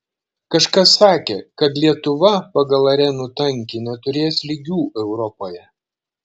kažkas sakė kad lietuva pagal arenų tankį neturės lygių europoje